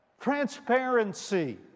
Transparency